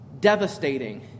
devastating